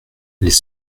les